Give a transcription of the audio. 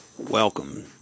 Welcome